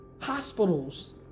hospitals